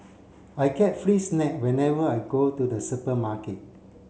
I get free snack whenever I go to the supermarket